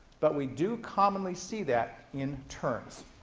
but we do commonly see that in turns.